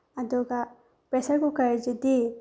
ꯑꯗꯨꯒ ꯄ꯭ꯔꯦꯁꯔ ꯀꯨꯀꯔꯁꯤꯗꯤ